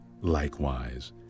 likewise